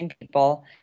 people